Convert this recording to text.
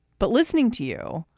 but listening to you,